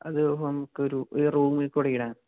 അത് നമുക്കൊരു ഒരു റൂമില്ക്കൂടെ ഇടാൻ